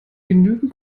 genügend